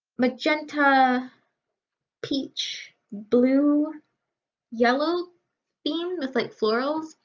magenta peach blue yellow theme with like florals.